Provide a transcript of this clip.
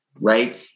right